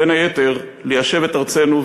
בין היתר ליישב את ארצנו,